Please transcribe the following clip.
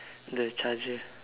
the charger